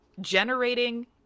generating